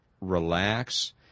relax